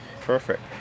Perfect